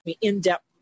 in-depth